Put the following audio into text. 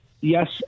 Yes